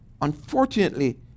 Unfortunately